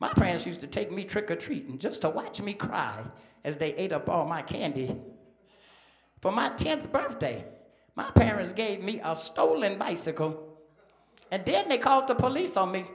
my friends used to take me trick or treating just to watch me cry as they ate up all my candy for my tenth birthday my parents gave me our stolen bicycle and dad they called the police on me